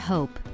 Hope